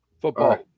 Football